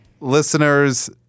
Listeners